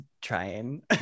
trying